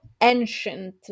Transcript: ancient